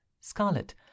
Scarlet